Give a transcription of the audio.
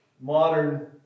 modern